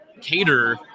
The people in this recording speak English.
cater